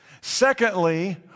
Secondly